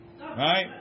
Right